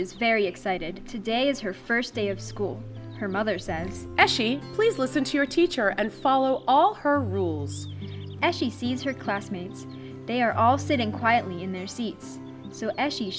is very excited today is her first day of school her mother says please listen to your teacher and follow all her rules as she sees her classmates they are all sitting quietly in their seats so a